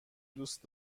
دوست